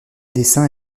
dessins